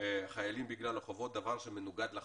חיילים בגלל החובות, דבר שמנוגד לחוק.